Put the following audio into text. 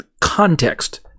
context